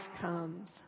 comes